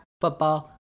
football